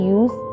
use